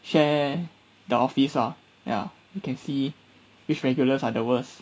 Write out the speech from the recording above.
share the office ah ya you can see which regulars are the worst